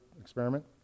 experiment